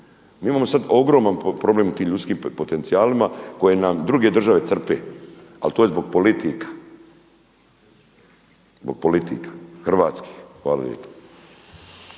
Mi imamo sad ogroman problem u tim ljudskim potencijalima koje nam druge države crpe ali to je zbog politika, zbog politika hrvatskih. Hvala